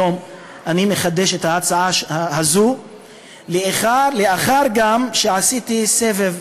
היום אני מחדש את ההצעה הזו לאחר גם שעשיתי סבב